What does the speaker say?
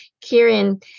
Kieran